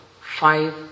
five